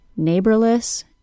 NEIGHBORLESS